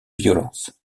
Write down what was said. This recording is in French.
violences